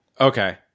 Okay